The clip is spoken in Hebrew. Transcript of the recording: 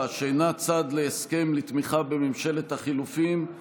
שאינה צד להסכם לתמיכה בממשלת החילופין,